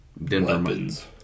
Weapons